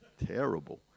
terrible